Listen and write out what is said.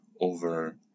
over